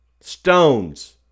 Stones